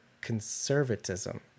conservatism